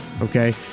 Okay